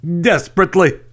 Desperately